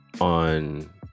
On